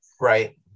Right